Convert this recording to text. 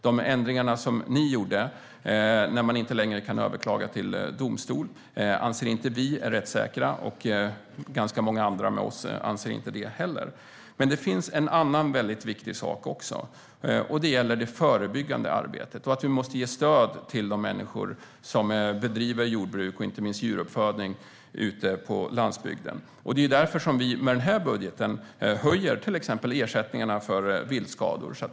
De ändringar som ni gjorde så att man inte längre kan överklaga till domstol anser inte vi är rättssäkra. Ganska många andra med oss anser samma sak. Det finns också en annan viktig sak. Det gäller det förebyggande arbetet och att vi måste ge stöd till de människor som bedriver jordbruk och inte minst djuruppfödning ute på landsbygden. Det är därför vi med den här budgeten höjer till exempel ersättningarna för viltskador.